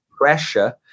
pressure